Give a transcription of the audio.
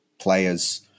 players